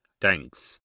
Thanks